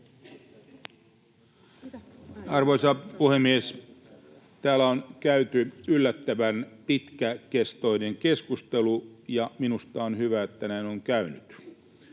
Arvoisa puhemies! Täällä on käyty yllättävän pitkäkestoinen keskustelu, ja minusta on hyvä, että näin on käynyt.